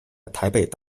台北